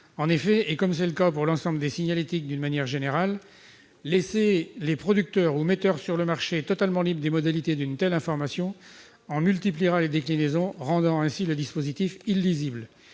En effet, et comme c'est le cas pour l'ensemble des signalétiques d'une manière générale, laisser les producteurs ou metteurs sur le marché totalement libres des modalités d'une telle information en multipliera les déclinaisons, rendant ainsi le dispositif illisible.